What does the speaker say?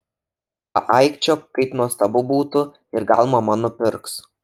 paaikčiok kaip nuostabu būtų ir gal mama nupirks